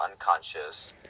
unconscious